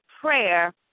prayer